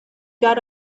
got